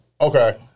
Okay